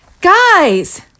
guys